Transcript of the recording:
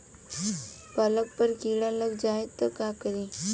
पालक पर कीड़ा लग जाए त का करी?